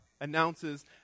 announces